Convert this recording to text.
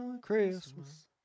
Christmas